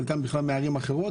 חלקם בכלל מערים אחרות,